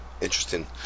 Interesting